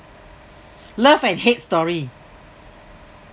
love and hate story